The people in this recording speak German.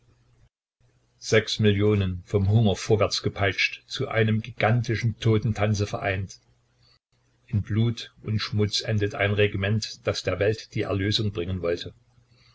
sechs millionen vom hunger vorwärtsgepeitscht zu einem gigantischen totentanze vereint in blut und schmutz endet ein regiment das der welt die erlösung bringen wollte